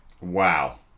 wow